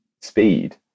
speed